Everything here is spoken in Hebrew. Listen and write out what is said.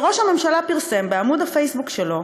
שראש הממשלה פרסם בעמוד הפייסבוק שלו,